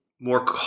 more